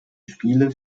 spiele